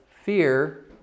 fear